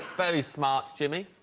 very smart jimmy.